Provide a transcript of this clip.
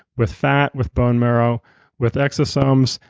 with fat, with bone marrow with exosomes,